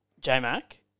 J-Mac